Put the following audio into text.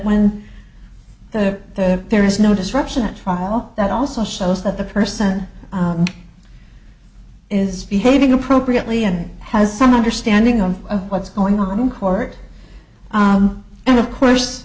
when that there is no disruption a trial that also shows that the person is behaving appropriately and has some understanding of what's going on in court and of course